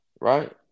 right